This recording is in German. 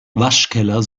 waschkeller